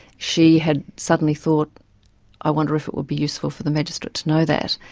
she had suddenly thought i wonder if it would be useful for the magistrate to know that.